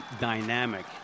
dynamic